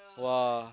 !wah!